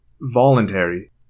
voluntary